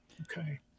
Okay